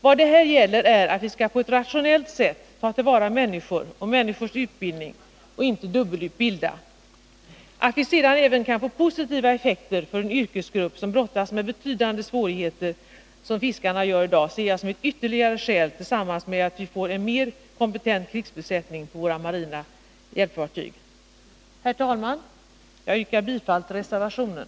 Vad det här gäller är att vi på ett rationellt sätt skall ta till vara människor och människors utbildning och inte dubbelutbilda. Att vi sedan även kan få positiva effekter för en yrkesgrupp som brottas med betydande svårigheter, som fiskarna gör i dag, ser jag som ett ytterligare skäl tillsammans med att vi får en mer kompetent krigsbesättning på våra marina hjälpfartyg. Herr talman! Jag yrkar bifall till reservationen.